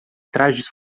trajes